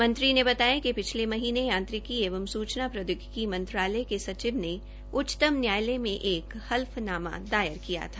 मंत्री ने बतायाकि पिछले महीनें यांत्रिकी एवं सूचना प्रौद्योगिकी मंत्रालय के सचिव ने उच्चतम न्यायालय में एक हल्फनामा दायर किया था